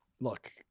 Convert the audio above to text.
look